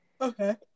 Okay